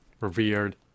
revered